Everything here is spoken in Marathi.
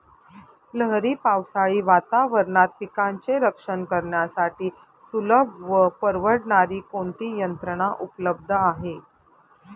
लहरी पावसाळी वातावरणात पिकांचे रक्षण करण्यासाठी सुलभ व परवडणारी कोणती यंत्रणा उपलब्ध आहे?